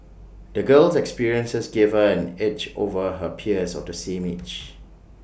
the girl's experiences gave her an edge over her peers of the same age